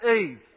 Eve